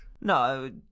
No